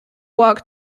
walk